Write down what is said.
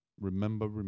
remember